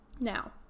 Now